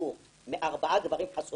דבר שני, מתנהלים היום תיקים בבתי